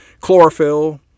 Chlorophyll